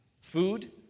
food